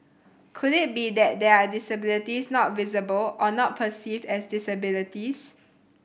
could it be that there are disabilities not visible or not perceived as disabilities